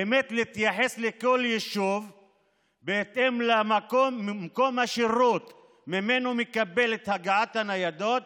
באמת להתייחס לכל יישוב בהתאם למקום השירות שממנו הוא מקבל את הניידות,